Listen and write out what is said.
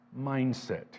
mindset